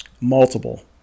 Multiple